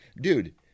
dude